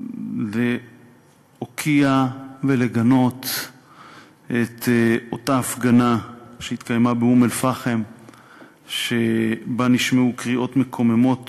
להוקיע ולגנות את אותה הפגנה באום-אלפחם שבה נשמעו קריאות מקוממות